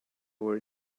where